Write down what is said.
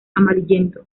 amarillento